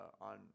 on